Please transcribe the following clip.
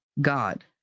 god